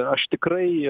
aš tikrai